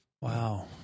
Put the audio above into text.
Wow